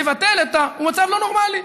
לבטל אותו, הוא מצב לא נורמלי.